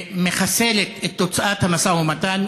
שמחסלת את תוצאת המשא ומתן,